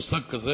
מושג כזה,